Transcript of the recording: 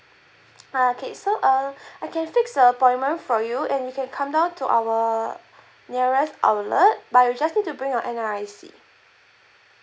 ah okay so uh I can fix a appointment for you and you can come down to our nearest outlet but you'll just need to bring your N_R_I_C